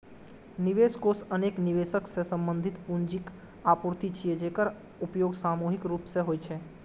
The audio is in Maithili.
निवेश कोष अनेक निवेशक सं संबंधित पूंजीक आपूर्ति छियै, जेकर उपयोग सामूहिक रूप सं होइ छै